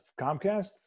Comcast